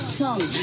tongue